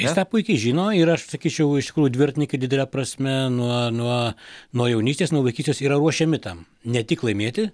jis tą puikiai žino ir aš sakyčiau iš tikrųjų dviratininkai didele prasme nuo nuo nuo jaunystės nuo vaikystės yra ruošiami tam ne tik laimėti